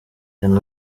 danny